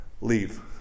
Leave